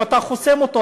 אם אתה חוסם אותו,